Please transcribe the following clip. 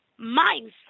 mindset